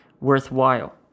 worthwhile